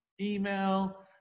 email